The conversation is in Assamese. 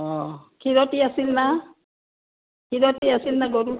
অঁ খিৰতী আছিল না খিৰতী আছিল না গৰু